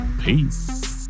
peace